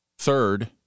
Third